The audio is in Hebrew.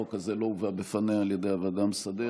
החוק הזה לא הובא בפניה על ידי הוועדה המסדרת,